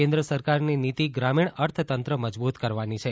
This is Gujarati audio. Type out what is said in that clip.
કેન્દ્ર સરકારની નીતી ગ્રામીણ અર્થતંત્ર મજબુત બનાવવાની છે